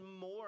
more